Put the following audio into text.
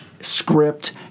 script